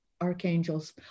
archangels